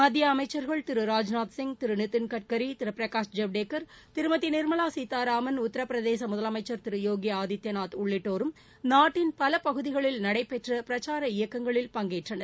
மத்திய அமைச்சர்கள் திரு ராஜ்நாத் சிங் திரு நிதின்கட்கரி திரு பிரகாஷ் ஜவடேகர் திருமதி நிர்மலா சீதாராமன் உத்தரபிரதேச முதலனமச்சர் திரு யோகி ஆதித்யநாத் உள்ளிட்டோரும் நாட்டின் பல பகுதிகளில் நடைபெற்ற பிரச்சார இயக்கங்களில் பங்கேற்றனர்